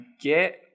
get